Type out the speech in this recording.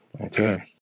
Okay